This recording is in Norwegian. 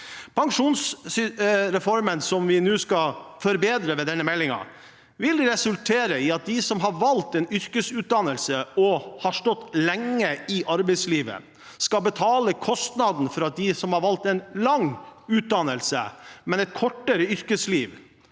Pensjonsreformen som vi nå skal forbedre ved denne meldingen, vil resultere i at de som har valgt en yrkesutdannelse og har stått lenge i arbeidslivet, skal betale kostnaden for at de som har valgt en lang utdannelse, men et kortere yrkesliv,